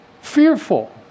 fearful